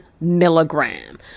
milligram